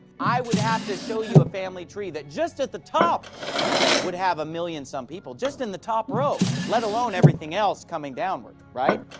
i would have to show you a family tree that just at the top would have a million some people just in the top row, let alone everything else coming downward.